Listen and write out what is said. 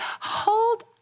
hold